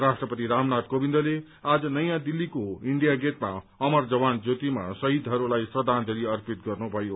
राष्ट्रपति नामनाथ कोविन्दले आज नयाँ दिल्लीको इण्डिया गेटमा अमर जवान ज्योतिमा शहीदहरूलाई श्रद्धांजति अर्पित गर्नुभयो